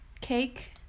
cake